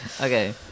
Okay